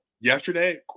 yesterday